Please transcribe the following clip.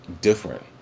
different